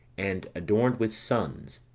and adorned with sons,